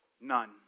none